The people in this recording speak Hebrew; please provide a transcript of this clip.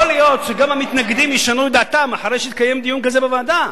יכול להיות שגם המתנגדים ישנו את דעתם אחרי שיתקיים דיון כזה בוועדה.